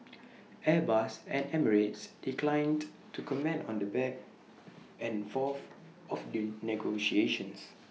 airbus and emirates declined to comment on the back and forth of the negotiations